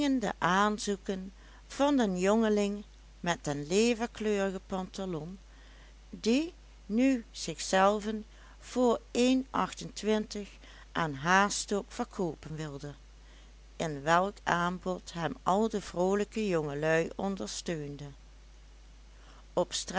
de dringende aanzoeken van den jongeling met den leverkleurigen pantalon die nu zichzelven voor een achtentwintig aan hastok verkoopen wilde in welk aanbod hem al de vroolijke jongelui ondersteunden op